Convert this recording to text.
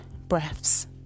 breaths